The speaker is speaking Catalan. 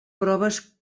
proves